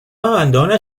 abandona